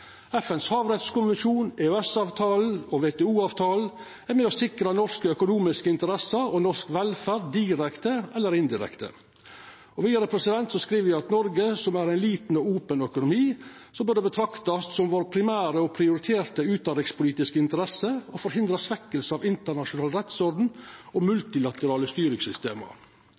havrettskonvensjon, EØS-avtalen, WTO-avtalen er med på å sikre norske økonomiske interesser og norsk velferd, direkte eller indirekte.» Vidare skriv dei at i Noreg, som har ein liten og open økonomi, bør det betraktast som vår primære og prioriterte utanrikspolitiske interesse å «forhindre svekkelse av internasjonal rettsorden og multilaterale